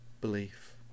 belief